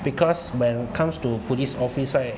because when it comes to police office right